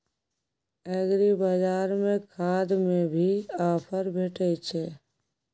एग्रीबाजार में खाद में भी ऑफर भेटय छैय?